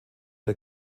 der